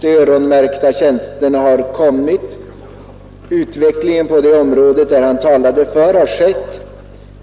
De öronmärkta tjänsterna har kommit, utvecklingen på det område han talade för har skett.